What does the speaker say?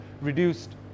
reduced